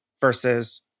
versus